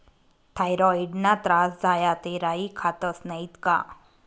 थॉयरॉईडना त्रास झाया ते राई खातस नैत का